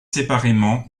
séparément